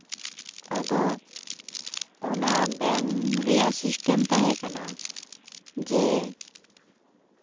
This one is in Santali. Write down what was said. ᱟᱫᱚ ᱚᱱᱟ ᱵᱮᱝᱠ ᱨᱮᱭᱟᱜ ᱥᱤᱥᱴᱮᱢ ᱛᱟᱦᱮᱸ ᱠᱟᱱᱟ ᱡᱮ